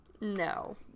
No